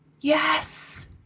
Yes